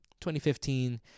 2015